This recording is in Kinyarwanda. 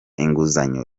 inguzanyo